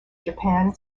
japan